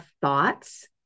thoughts